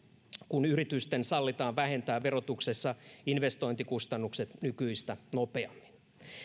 kun yritysten sallitaan vähentää verotuksessa investointikustannukset nykyistä nopeammin